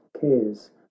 cares